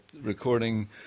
recording